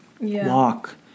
walk